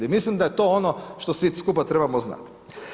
I mislim da je to ono što svi skupa trebamo znati.